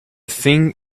thing